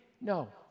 No